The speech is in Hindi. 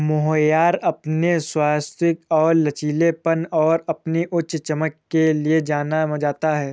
मोहायर अपने स्थायित्व और लचीलेपन और अपनी उच्च चमक के लिए जाना जाता है